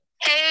Hey